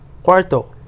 Quarto